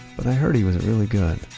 but i heard he wasn't really good